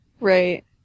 Right